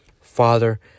Father